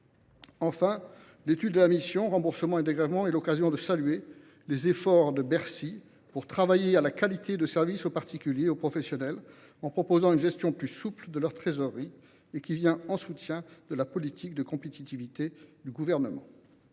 Enfin, l’étude de la mission « Remboursements et dégrèvements » est l’occasion de saluer les efforts de Bercy pour améliorer la qualité du service offert aux particuliers et aux professionnels en proposant une gestion plus souple de leur trésorerie. Ces efforts viennent soutenir la politique de compétitivité menée